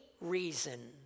reason